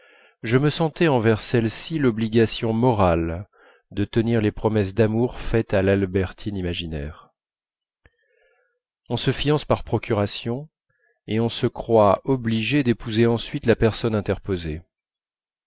je me sentais envers celle-ci l'obligation morale de tenir les promesses d'amour faites à l'albertine imaginaire on se fiance par procuration et on se croit obligé d'épouser ensuite la personne interposée